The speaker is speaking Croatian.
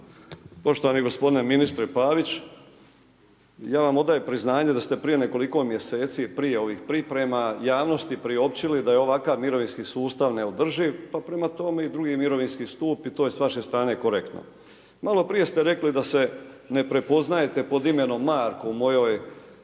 Poštovani gospodine ministre Pavić, ja vam odajem priznanje da ste prije nekoliko mjeseci prije ovih priprema javnosti priopćili da je ovakav mirovinski sustav neodrživ, pa prema tome i drugi mirovinski stup i to je s vaše strane korektno. Malo prije ste rekli da se ne prepoznajte pod imenom Marko u mojoj